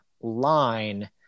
line